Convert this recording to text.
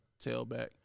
tailback